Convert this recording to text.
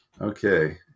Okay